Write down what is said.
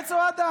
העץ או האדם?